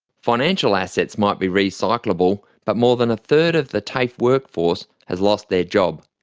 financial assets might be recyclable, but more than a third of the tafe workforce have lost their job.